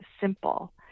simple